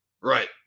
right